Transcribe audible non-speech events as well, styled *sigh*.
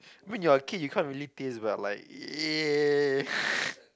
mean you're a kid you can't really taste but like ya *noise*